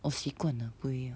我习惯了不一样